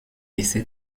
essaie